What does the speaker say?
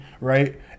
Right